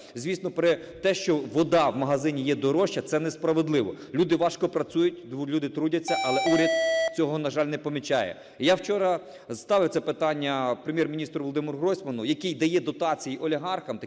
Звісно, те, що вода в магазині є дорожча – це несправедливо. Люди важко працюють, люди трудяться, але уряд цього, на жаль, не помічає. Я вчора ставив це питання Прем'єр-міністру Володимиру Гройсману, який дає дотації олігархам